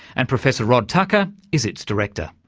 and professor rod tucker is its director.